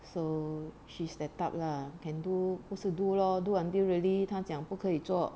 so she's that type lah can do 不是 do lor do until really 他讲不可以做